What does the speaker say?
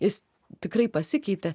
jis tikrai pasikeitė